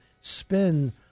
spin